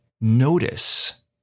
notice